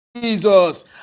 Jesus